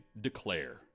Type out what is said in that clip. declare